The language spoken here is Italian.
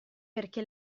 perché